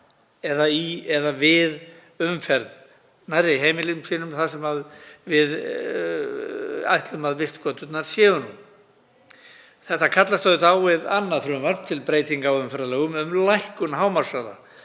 eða við umferð nærri heimilum sínum, þar sem við ætlum að vistgöturnar séu. Það kallast á við annað frumvarp til breytinga á umferðarlögum um lækkun hámarkshraða,